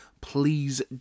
please